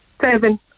Seven